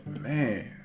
Man